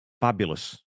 fabulous